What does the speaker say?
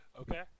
Okay